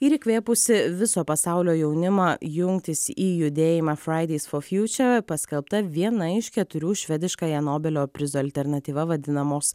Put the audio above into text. ir įkvėpusi viso pasaulio jaunimą jungtis į judėjimą fridays for future paskelbta viena iš keturių švediškaja nobelio prizo alternatyva vadinamos